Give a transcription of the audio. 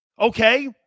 Okay